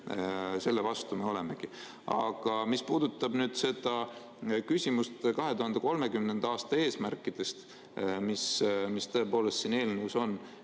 Selle vastu me olemegi. Aga mis puudutab küsimust 2030. aasta eesmärkidest, mis siin eelnõus on,